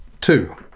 two